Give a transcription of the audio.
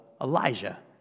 Elijah